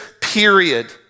Period